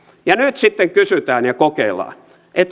nyt sitten kysytään ja kokeillaan